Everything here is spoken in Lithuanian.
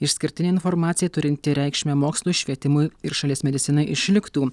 išskirtinė informacija turinti reikšmę mokslui švietimui ir šalies medicinai išliktų